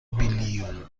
بیلیون